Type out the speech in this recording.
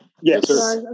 Yes